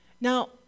Now